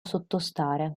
sottostare